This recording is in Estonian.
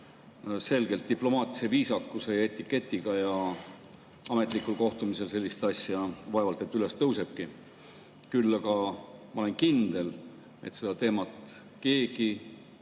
selgelt diplomaatilise viisakuse ja etiketiga ja ametlikul kohtumisel sellist asja vaevalt et üles tõusebki. Küll aga ma olen kindel, et seda teemat keegi